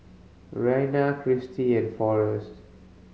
Rayna Kristy and Forest